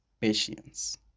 patience